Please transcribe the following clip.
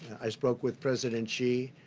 i spoke with president xi.